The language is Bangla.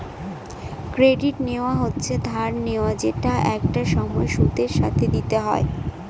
ক্রেডিট নেওয়া হচ্ছে ধার নেওয়া যেটা একটা সময় সুদের সাথে দিতে হয়